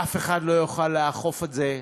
אף אחד לא יוכל לאכוף את זה,